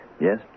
Yes